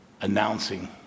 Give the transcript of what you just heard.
announcing